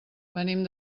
venim